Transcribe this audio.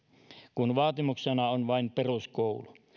kun vaatimuksena on vain peruskoulu